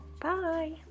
Bye